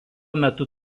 metu